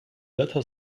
letter